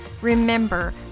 Remember